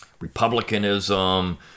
Republicanism